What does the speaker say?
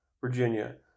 Virginia